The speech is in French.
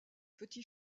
petit